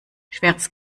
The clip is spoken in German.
schweres